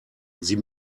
sie